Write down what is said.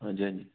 ਹਾਂਜੀ ਹਾਂਜੀ